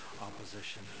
opposition